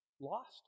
Lost